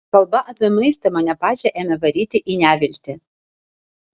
kalba apie maistą mane pačią ėmė varyti į neviltį